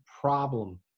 problem